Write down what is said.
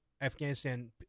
Afghanistan